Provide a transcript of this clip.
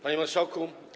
Panie Marszałku!